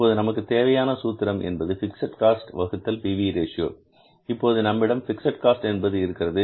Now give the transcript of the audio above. இப்போது நமக்கு தேவையான சூத்திரம் என்பது பிக்ஸட் காஸ்ட் வகுத்தல் P V ratio PV Ratio இப்போது நம்மிடம் பிக்ஸட் காஸ்ட் என்பது இருக்கிறது